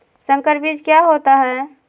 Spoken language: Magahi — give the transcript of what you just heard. संकर बीज क्या होता है?